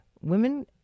women